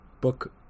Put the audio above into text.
book